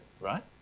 right